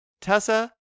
Tessa